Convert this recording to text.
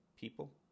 people